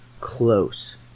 close